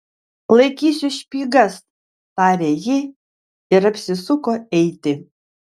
laikysiu špygas tarė ji ir apsisuko eiti